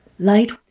Light